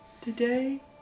Today